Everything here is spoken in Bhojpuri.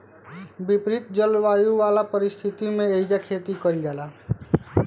विपरित जलवायु वाला परिस्थिति में एइजा खेती कईल जाला